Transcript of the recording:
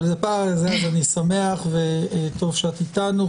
אני שמח וטוב שאת איתנו.